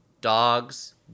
dogs